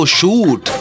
shoot